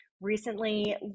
recently